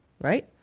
right